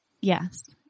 Yes